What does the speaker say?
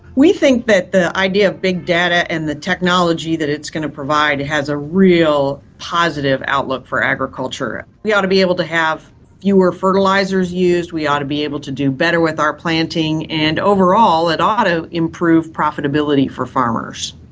we think that the idea of big data and the technology that it's going to provide has a real positive outlook for agriculture. we ought to be able to have fewer fertilisers used, we ought to be able to do better with our planting, and overall it ought to improve profitability for farmers.